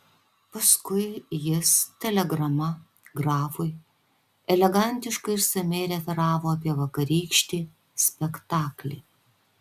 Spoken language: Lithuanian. paskui jis telegrama grafui elegantiškai išsamiai referavo apie vakarykštį spektaklį